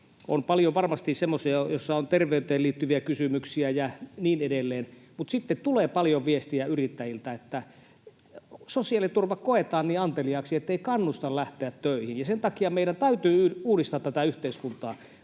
varmasti semmoisia, joissa on terveyteen liittyviä kysymyksiä ja niin edelleen, mutta sitten tulee paljon viestejä yrittäjiltä, että sosiaaliturva koetaan niin anteliaaksi, ettei se kannusta lähteä töihin, ja sen takia meidän täytyy uudistaa tätä yhteiskuntaa.